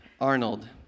Arnold